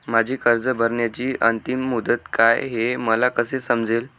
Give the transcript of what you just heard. माझी कर्ज भरण्याची अंतिम मुदत काय, हे मला कसे समजेल?